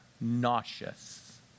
nauseous